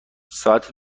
ساعت